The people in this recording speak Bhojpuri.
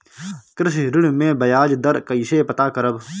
कृषि ऋण में बयाज दर कइसे पता करब?